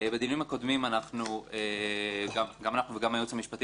בדיונים הקודמים גם אנחנו וגם הייעוץ המשפטי